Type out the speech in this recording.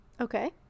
Okay